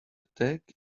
attack